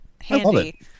handy